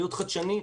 להיות חדשני.